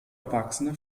erwachsene